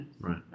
right